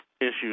issues